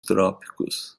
trópicos